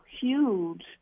huge